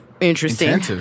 interesting